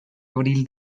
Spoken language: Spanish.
abril